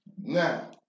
Now